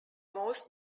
most